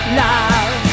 love